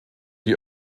die